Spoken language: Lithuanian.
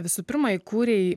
visų pirma įkūrei